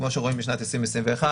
כמו שרואים בשנת 2021,